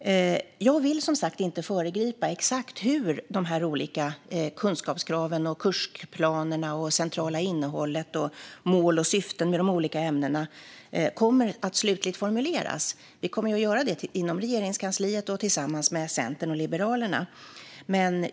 Jag vill som sagt inte föregripa exakt hur dessa olika kunskapskrav och kursplaner, det centrala innehållet samt mål och syften med de olika ämnena kommer att slutligt formuleras. Vi kommer att göra detta arbete inom Regeringskansliet och tillsammans med Centern och Liberalerna.